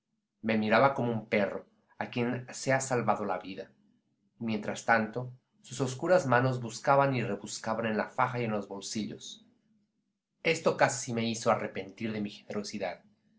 me miraba como un perro a quien se ha salvado la vida y mientras tanto sus oscuras manos buscaban y rebuscaban en la faja y en los bolsillos esto casi me hizo arrepentir de mi generosidad